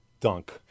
dunk